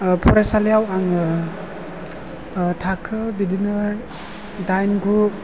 फरायसालियाव आङो थाखो बिदिनो दाइन गु